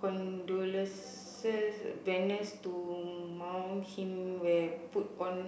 condolence banners to mourn him were put on